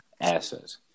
Assets